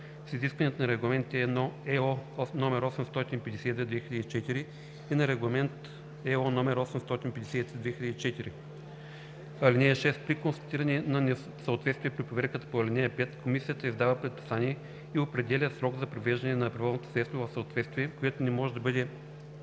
с изискванията на Регламент (ЕО) № 852/2004 и на Регламент (ЕО) № 853/2004. (6) При констатиране на несъответствие при проверката по ал. 5 комисията издава предписание и определя срок за привеждане на превозното средство в съответствие, който не може да бъде